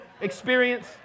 experience